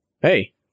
hey